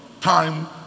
time